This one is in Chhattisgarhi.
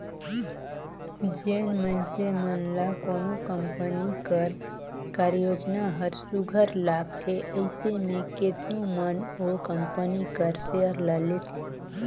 जेन मइनसे मन ल कोनो कंपनी कर कारयोजना हर सुग्घर लागथे अइसे में केतनो मन ओ कंपनी कर सेयर ल लेथे